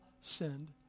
sinned